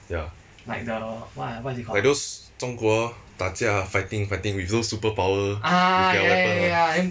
ya like those 中国打架 fighting fighting with those superpower with their weapon [one]